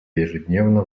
ежедневно